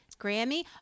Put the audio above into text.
Grammy